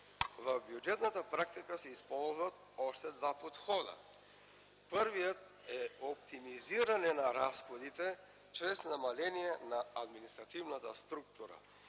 В бюджетната практика се използват още два подхода. Първият е оптимизиране на разходите чрез намаление на административната структура